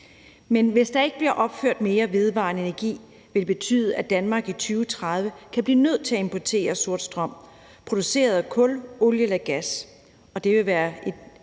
Men hvis der ikke bliver etableret mere vedvarende energi, vil det betyde, at Danmark i 2030 kan blive nødt til at importere sort strøm produceret af kul, olie eller gas,